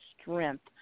strength